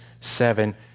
seven